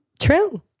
True